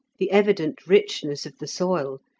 the evident richness of the soil,